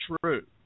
true